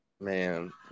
Man